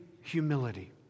humility